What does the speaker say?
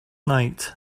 night